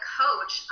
coach